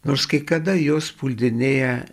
nors kai kada jos puldinėja